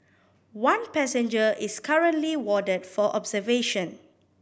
one passenger is currently warded for observation